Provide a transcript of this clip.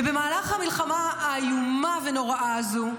ובמהלך המלחמה האיומה והנוראה הזו,